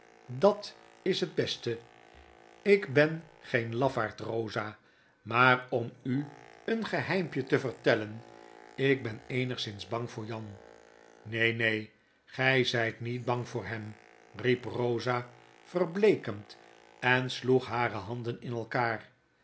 dat is het beste i ik ben geen lafaard rosa maar om u een geheimpje te vertellen ik ben eenigszins bang voor jan neen neen gy zijt niet bang voor hem riep rosa verbleekend en sloeg hare handen in elkander